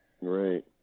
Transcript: Right